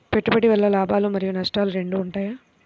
పెట్టుబడి వల్ల లాభాలు మరియు నష్టాలు రెండు ఉంటాయా?